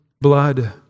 blood